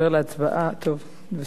טוב,